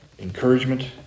encouragement